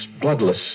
bloodless